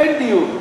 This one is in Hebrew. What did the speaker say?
אין דיון.